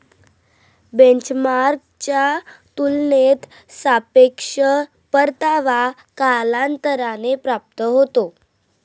बेंचमार्कच्या तुलनेत सापेक्ष परतावा कालांतराने प्राप्त होतो